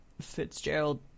Fitzgerald